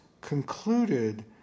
concluded